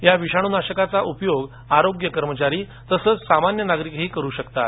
या विषाणूनाशकांचा उपयोग आरोग्य कर्मचारी तसंच सामान्य नागरिकही करू शकतात